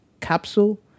capsule